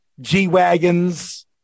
g-wagons